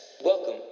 Welcome